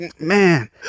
man